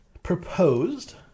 proposed